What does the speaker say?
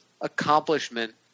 accomplishment